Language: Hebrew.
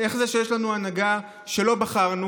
-- איך זה שיש לנו הנהגה שלא בחרנו,